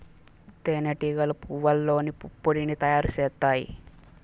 తేనె టీగలు పువ్వల్లోని పుప్పొడిని తయారు చేత్తాయి